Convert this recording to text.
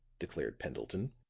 declared pendleton.